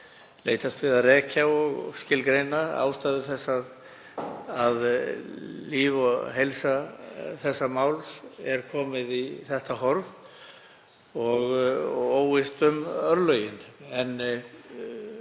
leitaðist við að rekja og skilgreina ástæður þess að líf og heilsa þessa máls er komið í þetta horf og óvíst um örlögin.